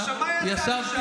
עכשיו, מה יצא משם?